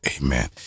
Amen